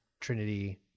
Trinity